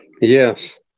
Yes